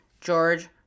George